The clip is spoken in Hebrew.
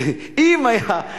למה לא?